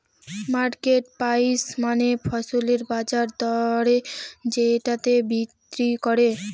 market price মানে ফসলের বাজার দরে যেটাতে বিক্রি করে